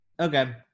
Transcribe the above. Okay